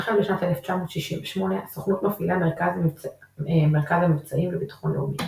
החל משנת 1968 הסוכנות מפעילה מרכז המבצעים לביטחון לאומי.